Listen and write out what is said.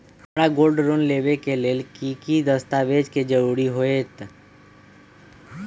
हमरा gold loan लेबे के लेल कि कि दस्ताबेज के जरूरत होयेत?